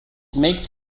makes